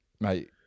Mate